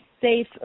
safe